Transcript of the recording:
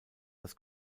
das